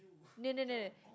no no no no